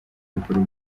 bukuru